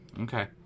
Okay